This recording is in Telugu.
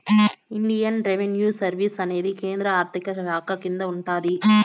ఇండియన్ రెవిన్యూ సర్వీస్ అనేది కేంద్ర ఆర్థిక శాఖ కింద ఉంటాది